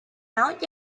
out